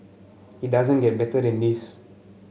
it doesn't get better than this